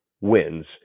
wins